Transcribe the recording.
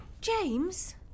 James